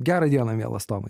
gerą dieną mielas tomai